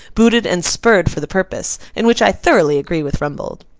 booted and spurred for the purpose in which i thoroughly agree with rumbold.